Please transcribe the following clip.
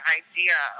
idea